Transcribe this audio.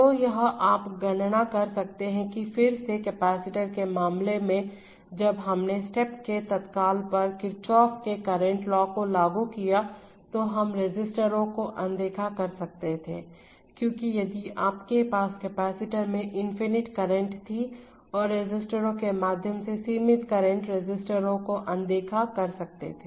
तो यह आप गणना कर सकते हैं और फिर से कैपेसिटर के मामले में जब हमने स्टेप के तत्काल पर किरचॉफ के करंट लॉ को लागू किया तो हम रेसिस्टेरो को अनदेखा कर सकते थे क्योंकि यदि आपके पास कैपेसिटर्स में इनफिनिट करंट थीं और रेसिस्टेरो के माध्यम से सीमित करंट रेसिस्टेरो अनदेखा सकते हैं